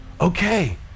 okay